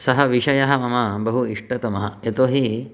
सः विषयः मम बहु इष्टतमः यतोहि